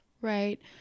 Right